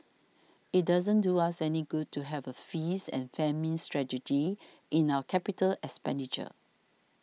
it doesn't do us any good to have a feast and famine strategy in our capital expenditure